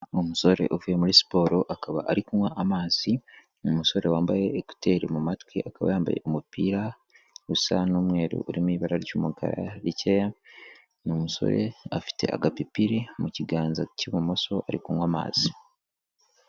Umusore uvuye muri siporo akaba ari kunywa amazi, ni umusore wambaye ecouter mu matwi akaba yambaye umupira usa n'umweru urimo ibara ry'umukara rikeya, ni umusore afite agapipiri mu kiganza cy'ibumoso ari kunywa amazi.